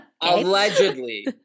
Allegedly